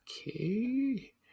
Okay